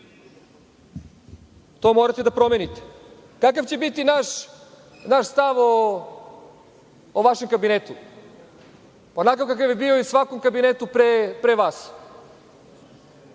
To morate da promenite. Kakav će biti naš stav o vašem kabinetu? Onakav kakav je bio i o svakom kabinetu pre vas.